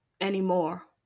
anymore